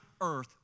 earth